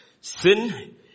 sin